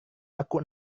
aku